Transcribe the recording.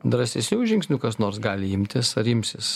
drąsesnių žingsnių kas nors gali imtis ar imsis